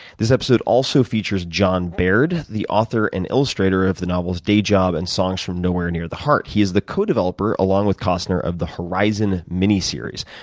this episode also features jon baird, the author and illustrator of the novels day job and songs from nowhere near the heart. he is the co-developer, along with costner, of the horizon miniseries.